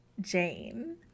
Jane